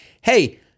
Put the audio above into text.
hey